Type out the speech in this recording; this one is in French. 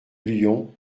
lion